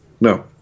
no